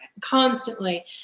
constantly